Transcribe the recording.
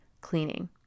cleaning